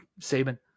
Saban